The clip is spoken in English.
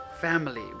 family